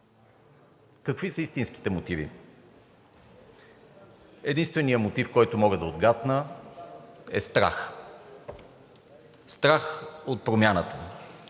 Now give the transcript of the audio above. Какви са истинските мотиви? Единственият мотив, който мога да отгатна, е страх. Страх от промяната.